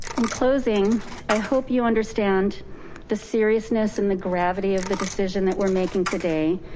in closing i hope you understand the seriousness and the gravity of the decision that we're making today.